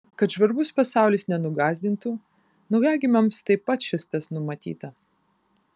kad žvarbus pasaulis nenugąsdintų naujagimiams taip pat šis tas numatyta